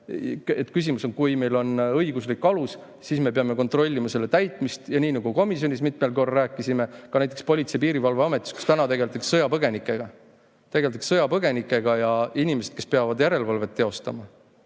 Küsimus on, kui meil on õiguslik alus, siis me peame kontrollima selle täitmist. Nii nagu komisjonis mitmel korral rääkisime, ka näiteks Politsei‑ ja Piirivalveametis täna tegeldakse sõjapõgenikega ja [on] inimesed, kes peavad järelevalvet teostama.